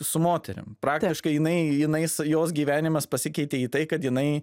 su moterim praktiškai jinai jinai jos gyvenimas pasikeitė į tai kad jinai